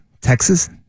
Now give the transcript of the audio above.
Texas